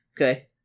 Okay